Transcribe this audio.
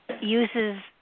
uses